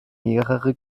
mehrere